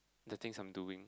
the things I'm doing